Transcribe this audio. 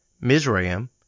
Mizraim